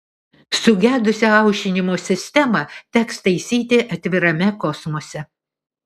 sugedusią aušinimo sistemą teks taisyti atvirame kosmose